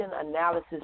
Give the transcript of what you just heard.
analysis